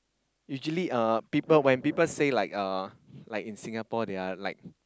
usually uh people when people say like uh like in Singapore they are like